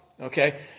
okay